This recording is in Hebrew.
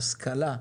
כהשכלה,